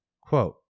quote